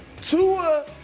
Tua